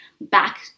back